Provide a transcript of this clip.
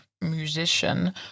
musician